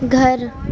گھر